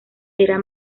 era